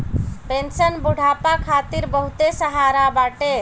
pension बुढ़ापा खातिर बहुते सहारा बाटे